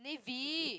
navy